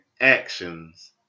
actions